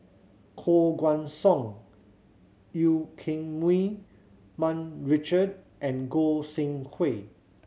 Koh Guan Song Eu Keng Mun Richard and Goi Seng Hui